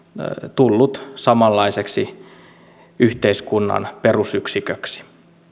tullut samanlaiseksi yhteiskunnan perusyksiköksi